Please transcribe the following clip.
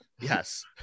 Yes